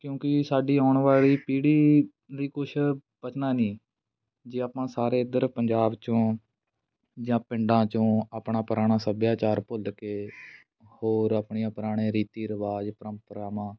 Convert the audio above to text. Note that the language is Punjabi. ਕਿਉਂਕਿ ਸਾਡੀ ਆਉਣ ਵਾਲੀ ਪੀੜ੍ਹੀ ਲਈ ਕੁਛ ਬਚਣਾ ਨਹੀਂ ਜੇ ਆਪਾਂ ਸਾਰੇ ਇੱਧਰ ਪੰਜਾਬ 'ਚੋਂ ਜਾਂ ਪਿੰਡਾਂ ਚੋਂ ਆਪਣਾ ਪੁਰਾਣਾ ਸੱਭਿਆਚਾਰ ਭੁੱਲ ਕੇ ਹੋਰ ਆਪਣੀਆਂ ਪੁਰਾਣੇ ਰੀਤੀ ਰਿਵਾਜ਼ ਪ੍ਰੰਪਰਾਵਾਂ